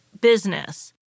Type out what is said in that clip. business